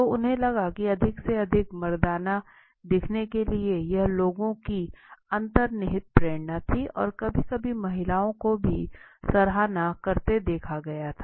तो उन्हें लगा कि अधिक से अधिक मर्दाना देखने के लिए यह लोगों की अंतर्निहित प्रेरणा थी और कभी कभी महिलाओं को भी सराहना करते देखा गया है